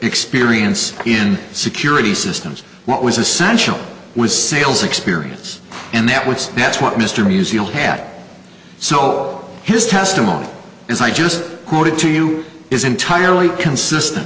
experience in security systems what was essential was sales experience and that was that's what mr musial had so his testimony is i just quoted to you is entirely consistent